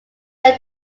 went